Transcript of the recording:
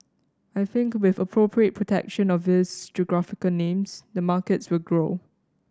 I think with appropriate protection of these geographical names the markets will grow